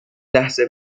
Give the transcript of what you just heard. لحظه